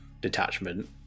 detachment